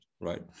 right